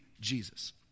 Jesus